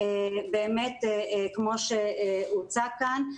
באמת כמו שהוצג כאן,